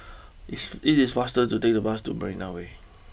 if it is faster to take the bus to Marina way